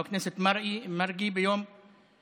חבר הכנסת מרגי, ביום חמישי,